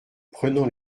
prenant